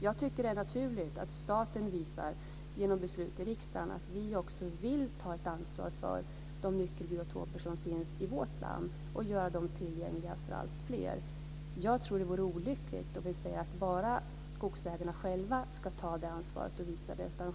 Jag tycker att det är naturligt att staten visar genom beslut i riksdagen att vi vill ta ett ansvar för de nyckelbiotoper som finns i vårt land och göra dem tillgängliga för alltfler. Jag tror att det vore olyckligt om vi sade att bara skogsägarna själva ska ta det ansvaret.